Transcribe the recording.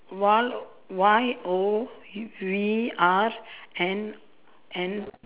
Y Y O we R N N